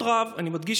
בכבוד.